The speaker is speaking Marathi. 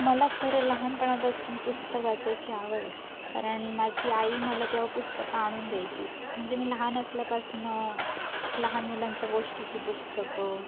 मला खरं लहानपणापासून पुस्तक वाचायची आवड आहे कारण माझी आई मला तेव्हा पुस्तकं आणून द्यायची म्हणजे मी लहान असल्यापासून लहान मुलांच्या गोष्टीची पुस्तकं